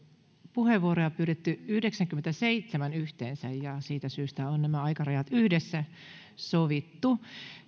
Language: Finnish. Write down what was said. puheenvuoroja pyydetty yhdeksänkymmentäseitsemän yhteensä siitä syystä on nämä aikarajat yhdessä sovittu